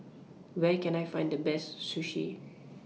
Where Can I Find The Best Sushi